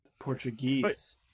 Portuguese